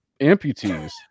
amputees